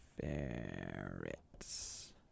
Ferrets